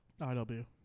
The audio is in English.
IW